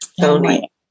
Tony